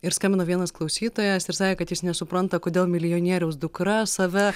ir skambino vienas klausytojas ir sakė kad jis nesupranta kodėl milijonieriaus dukra save